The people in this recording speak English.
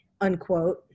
unquote